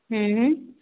हूँ हूँ